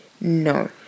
no